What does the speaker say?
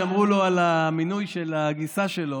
כשאמרו לו על המינוי של הגיסה שלו,